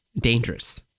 dangerous